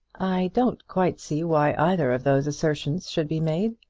i don't quite see why either of those assertions should be made.